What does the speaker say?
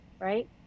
right